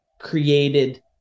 created